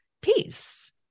peace